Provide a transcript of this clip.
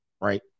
right